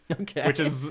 Okay